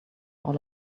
all